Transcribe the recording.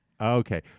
Okay